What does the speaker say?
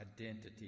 identity